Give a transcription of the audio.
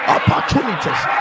Opportunities